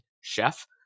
chef